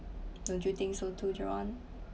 don't you think so too john